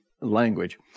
language